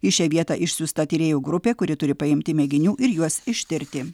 į šią vietą išsiųsta tyrėjų grupė kuri turi paimti mėginių ir juos ištirti